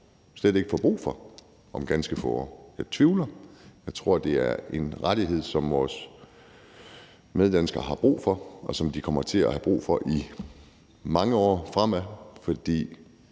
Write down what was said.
slet ikke får brug for om ganske få år. Jeg tvivler. Jeg tror, at det er en rettighed, som vores meddanskere har brug for, og som de kommer til at have brug for i mange år fremad.